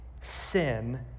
sin